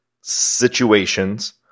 situations